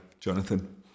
Jonathan